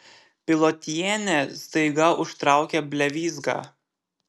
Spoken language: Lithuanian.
pilotienė staiga užtraukia blevyzgą